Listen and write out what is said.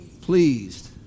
pleased